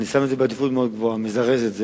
אני שם את זה בעדיפות מאוד גבוהה, מזרז את זה.